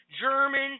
German